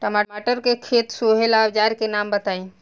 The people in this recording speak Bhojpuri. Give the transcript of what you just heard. टमाटर के खेत सोहेला औजर के नाम बताई?